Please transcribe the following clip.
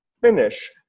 finish